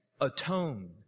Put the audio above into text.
atone